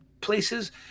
places